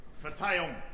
Verzeihung